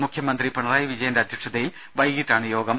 മുഖ്യമന്ത്രി പിണറായി വിജയന്റെ അധ്യക്ഷതയിൽ വൈകിട്ടാണ് യോഗം